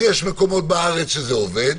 אז יש מקומות בארץ שזה עובד,